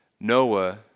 Noah